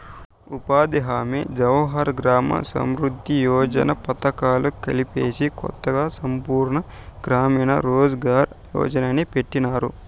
ఉపాధి హామీ జవహర్ గ్రామ సమృద్ది యోజన పథకాలు కలిపేసి కొత్తగా సంపూర్ణ గ్రామీణ రోజ్ ఘార్ యోజన్ని పెట్టినారు